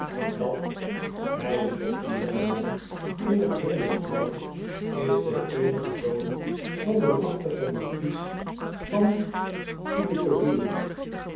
dat wijzend op den jongeman in het hemelsblauw is de eenige zoon van den machtigen markies van